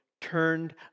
turned